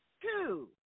Two